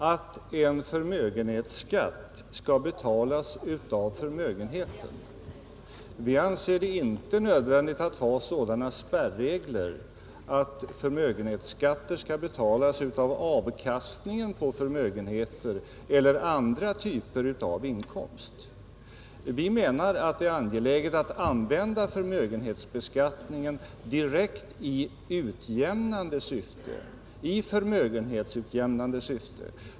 Herr talman! Vi har ingenting emot — det syftar i själva verket vårt förslag till — att en förmögenhetsskatt skall betalas ur förmögenheten. Vi menar att det är angeläget att använda förmögenhetsbeskattningen direkt i förmögenhetsutjämnande syfte.